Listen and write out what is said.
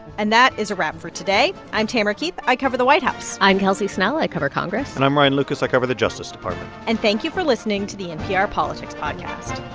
and that is a wrap for today i'm tamara keith. i cover the white house i'm kelsey snell. i cover congress and i'm ryan lucas. i cover the justice department and thank you for listening to the npr politics podcast